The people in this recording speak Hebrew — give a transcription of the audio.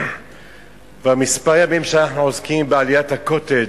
כבר כמה ימים שאנחנו עוסקים בעליית ה"קוטג'".